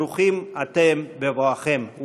ברוכים אתם בבואכם.